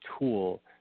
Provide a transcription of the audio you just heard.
tool